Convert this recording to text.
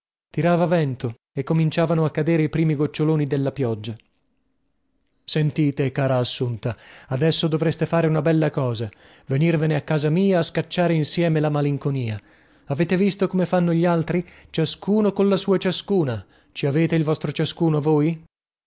tirava vento e cominciavano a cadere i primi goccioloni della pioggia sentite cara assunta adesso dovreste fare una bella cosa venirvene a casa mia a scacciare insieme la malinconia avete visto come fanno gli altri ciascuno colla sua ciascuna ci avete il vostro ciascuno voi